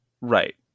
Right